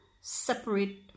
separate